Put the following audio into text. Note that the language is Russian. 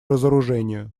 разоружению